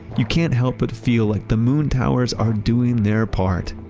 you can't help but feel like the moontowers are doing their part.